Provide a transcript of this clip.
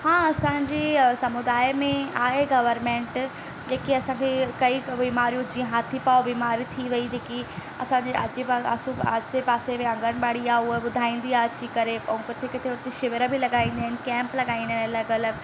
हा असांजे समुदाय में आहे गवर्मेंट जेकी असांखे काई बीमारियूं जीअं हाथी पांव बीमारी थी वई जेकी असांजे आसे पासे में आंगनबाड़ी आहे उहा ॿुधाईंदी आहे अची करे ऐं किथे किथे उते शिविर बि लॻाईंदा आहिनि कैंप लॻाईंदा आहिनि अलॻि अलॻि